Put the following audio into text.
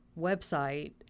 website